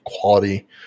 quality